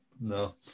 No